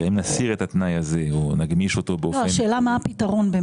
אם נסיר את התנאי הזה או נגמיש אותו --- השאלה מה הפתרון.